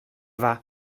war